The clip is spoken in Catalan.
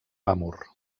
amur